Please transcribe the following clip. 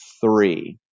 three